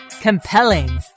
Compelling